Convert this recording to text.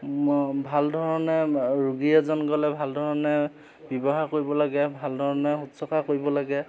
ভাল ধৰণে ৰোগী এজন গ'লে ভাল ধৰণে ব্যৱহাৰ কৰিব লাগে ভাল ধৰণে শুশ্ৰূষা কৰিব লাগে